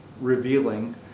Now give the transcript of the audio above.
revealing